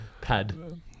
Pad